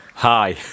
hi